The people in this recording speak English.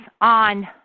on